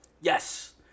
Yes